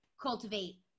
cultivate